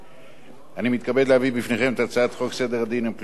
אני מתכבד להביא בפניכם את הצעת חוק סדר הדין הפלילי (תיקון מס'